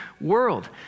world